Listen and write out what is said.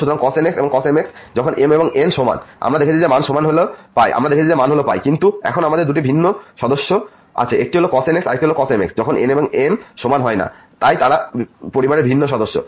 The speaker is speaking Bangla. সুতরাং cos nx এবং cos mx যখন m এবং n সমান আমরা দেখেছি মান হল কিন্তু এখন আমাদের দুটি ভিন্ন সদস্য আছে একটি হল cos nx আরেকটি হল cos mx যখন n এবং m সমান হয় না তাই তারা পরিবারের ভিন্ন সদস্য